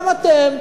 גם אתם,